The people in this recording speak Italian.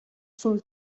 sul